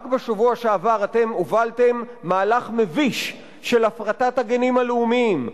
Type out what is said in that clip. רק בשבוע שעבר הובלתם מהלך מביש של הפרטת הגנים הלאומיים.